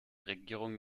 regierung